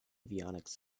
avionics